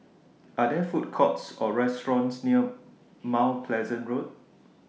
Are There Food Courts Or restaurants near Mount Pleasant Road